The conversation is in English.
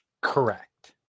Correct